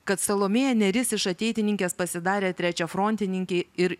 kad salomėja nėris iš ateitininkės pasidarė trečiafrontininkė ir